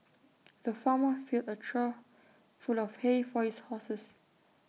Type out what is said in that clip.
the farmer filled A trough full of hay for his horses